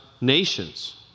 nations